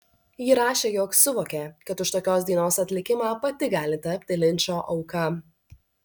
ji rašė jog suvokė kad už tokios dainos atlikimą pati gali tapti linčo auka